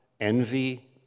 envy